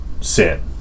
sin